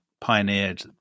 pioneered